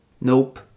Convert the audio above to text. nope